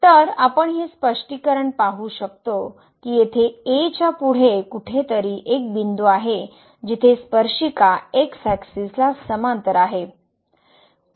तर आपण हे स्पष्टपणे पाहू शकतो की येथे a च्या पुढे कोठेतरी एक बिंदू आहे जिथे स्पर्शिका x axis ला समांतर आहे